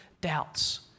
doubts